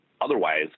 otherwise